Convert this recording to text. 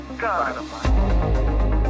God